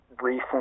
recent